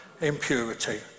impurity